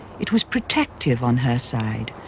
it was protective on her side,